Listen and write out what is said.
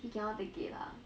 he cannot take it lah